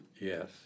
yes